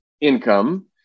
income